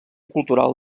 cultural